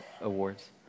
Awards